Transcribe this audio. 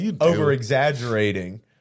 over-exaggerating